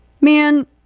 man